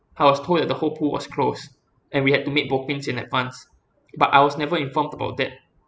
I was told that the whole pool was closed and we had to make bookings in advance but I was never informed about that